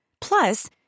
Plus